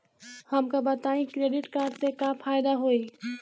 हमका बताई credit card से का फायदा होई?